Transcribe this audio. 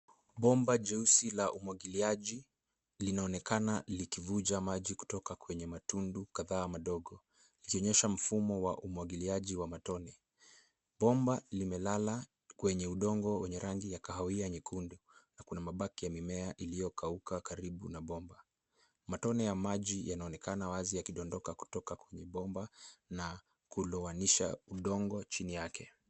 Bomba jeusi la umwagiliaji linaonekana likivuja maji kutoka kwenye matundu kadhaa madogo ikionyesha mfumo wa umwagiliaji wa matone. Bomba limelala kwenye udongo wenye rangi ya kahawia nyekundu. Kuna mabaki ya mimea iliyokauka karibu na bomba. Matone ya maji yanaonekana wazi yakidondoka kutoka kwenye bomba na kulowanisha udongo chini yake.